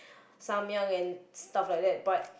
Samyang and stuff like that but